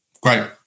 great